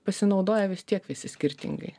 pasinaudoja vis tiek visi skirtingai